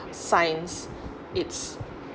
science it's